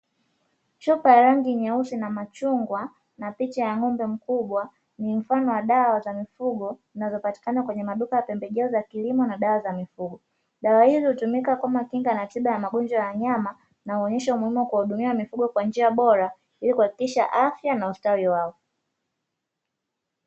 Chupa ya rangi nyeusi na machungwa na picha ya ng’ombe mkubwa, ni mfano wa dawa za mifugo zinazopatikana kwenye maduka ya pembejeo za kilimo na dawa za mifugo, dawa hizi hutumika kama kinga na tiba za wanyama na huonyesha umuhimu wa kuwahudumia mifugo,, kwa njia bora ili kuhakikisha afya na ustawi wao.